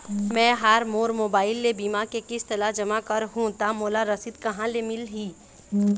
मैं हा मोर मोबाइल ले बीमा के किस्त ला जमा कर हु ता मोला रसीद कहां ले मिल ही?